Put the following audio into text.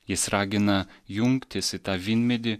jis ragina jungtis į tą vynmedį